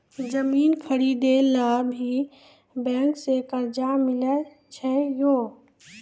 जमीन खरीदे ला भी बैंक से कर्जा मिले छै यो?